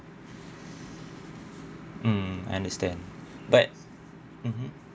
mm understand but mmhmm